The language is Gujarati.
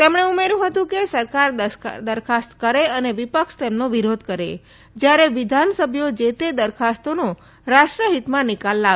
તેમણે ઉમેર્ચુ હતું કે સરકાર દરખાસ્ત કરે અને વિપક્ષ તેમનો વિરોધ કરે જયારે વિધાનસભ્યો જે તે દરખાસ્તનો રાષ્ટ્રહિતમાં નિકાલ લાવે